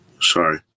Sorry